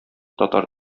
татар